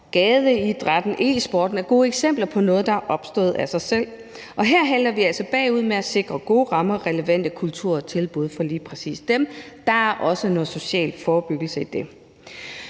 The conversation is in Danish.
Gadeidrætten og e-sporten er gode eksempler på noget, der er opstået af sig selv, og her halter vi altså bagefter med at sikre gode rammer og relevante kulturtilbud for lige præcis dem, og der er også noget social forebyggelse i det.